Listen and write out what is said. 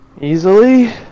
Easily